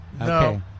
Okay